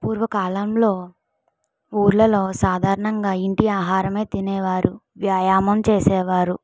పూర్వకాలంలో ఊర్లలో సాధారణంగా ఇంటి ఆహారమే తినేవారు వ్యాయామం చేసేవారు